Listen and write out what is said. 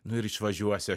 nu ir išvažiuosiu